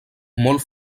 molt